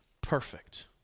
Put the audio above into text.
perfect